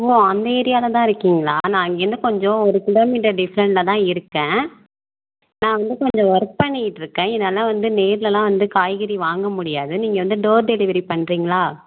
ஓ அந்த ஏரியாவிலதான் இருக்கீங்களா நான் அங்கேயிருந்து கொஞ்சம் ஒரு கிலோமீட்டர் டிஸ்டன்டில்தான் இருக்கேன் நான் வந்து கொஞ்சம் ஒர்க் பண்ணிக்கிட்டிருக்கேன் என்னால் வந்து நேர்லலாம் வந்து காய்கறி வாங்க முடியாது நீங்கள் வந்து டோர் டெலிவரி பண்ணுறிங்களா